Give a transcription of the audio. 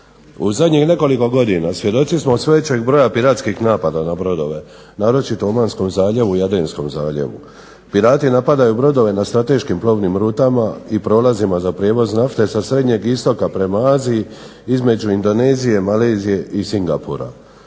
U zadnjih nekoliko godina svjedoci smo sve većeg broja piratskih napada na brodove naročito u Omanskom zaljevu i Adenskom zaljevu. Pirati napadaju brodove na strateškim plovnim rutama i prolazima za prijevoz nafte sa Srednjeg Istoka prema Aziji između Indonezije, Malezije i Singapura.